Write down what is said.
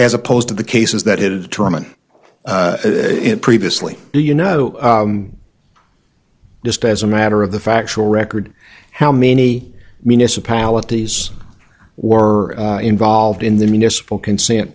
as opposed to the cases that had to roman previously you know just as a matter of the factual record how many municipalities or involved in the municipal consent